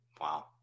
Wow